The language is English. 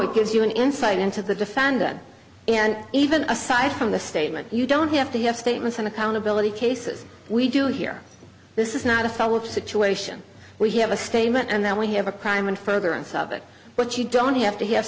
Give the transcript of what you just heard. it gives you an insight into the defendant and even aside from the statement you don't have to have statements and accountability cases we do here this is not a subgroup situation we have a statement and then we have a crime in furtherance of it but you don't have to have